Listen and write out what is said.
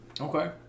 Okay